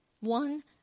one